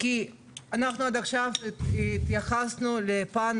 כי אנחנו עד עכשיו התייחסנו לפן